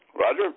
Roger